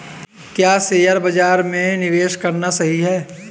क्या शेयर बाज़ार में निवेश करना सही है?